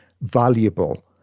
valuable